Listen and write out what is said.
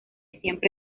siempre